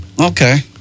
Okay